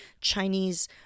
Chinese